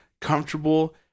comfortable